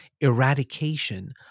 eradication